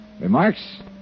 Remarks